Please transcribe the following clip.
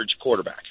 quarterback